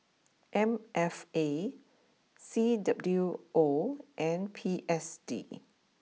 M F A C W O and P S D